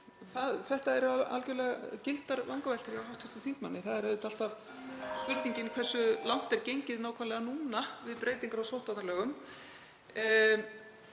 Þetta eru algerlega gildar vangaveltur hjá hv. þingmanni. Það er alltaf spurning hversu langt er gengið nákvæmlega núna við breytingar á sóttvarnalögum.